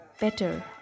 better